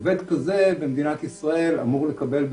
עובד כזה במדינת ישראל אמור לקבל,